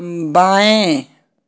बाएँ